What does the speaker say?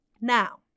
Now